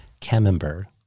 camembert